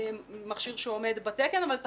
מכשיר שעומד בתקן אבל את